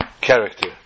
character